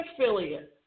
affiliate